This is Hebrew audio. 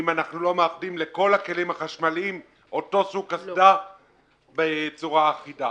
אם אנחנו לא מאחדים לכל הכלים החשמליים אותו סוג קסדה בצורה אחידה,